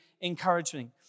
encouraging